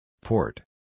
Port